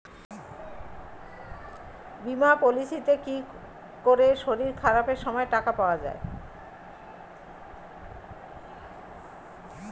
বীমা পলিসিতে কি করে শরীর খারাপ সময় টাকা পাওয়া যায়?